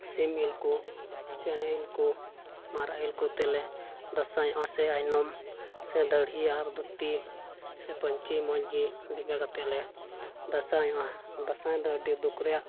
ᱥᱤᱢ ᱤᱞ ᱠᱚ ᱪᱮᱬᱮ ᱤᱞ ᱠᱚ ᱪᱮᱬᱮ ᱤᱞ ᱠᱚ ᱛᱮᱞᱮ ᱫᱟᱸᱥᱟᱭᱚᱜᱼᱟ ᱥᱮᱞᱮ ᱟᱭᱱᱚᱢ ᱥᱮ ᱫᱟᱹᱲᱦᱤ ᱟᱨ ᱫᱷᱩᱛᱤ ᱥᱮ ᱯᱟᱹᱧᱪᱤ ᱢᱚᱡᱽ ᱜᱮ ᱰᱮᱸᱜᱟ ᱠᱟᱛᱮ ᱞᱮ ᱫᱟᱸᱥᱟᱭᱚᱜᱼᱟ ᱫᱟᱸᱥᱟᱭ ᱫᱚ ᱟᱹᱰᱤ ᱫᱩᱠ ᱨᱮᱭᱟᱜ